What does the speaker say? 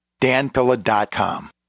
danpilla.com